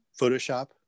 photoshop